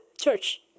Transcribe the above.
church